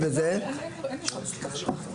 גם באמצעות תקצוב,